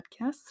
podcast